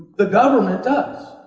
the government does.